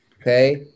okay